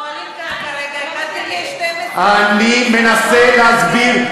הם פועלים עכשיו 1 חלקי 12. אני מנסה להסביר.